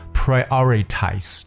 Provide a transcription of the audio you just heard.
prioritize